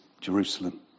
Jerusalem